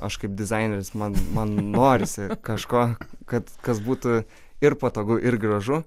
aš kaip dizaineris man man norisi kažko kad kas būtų ir patogu ir gražu